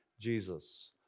Jesus